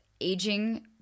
aging